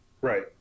Right